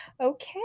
Okay